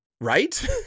right